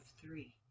three